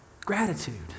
gratitude